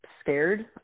scared